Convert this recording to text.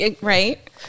Right